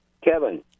Kevin